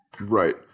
Right